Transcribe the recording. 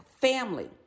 family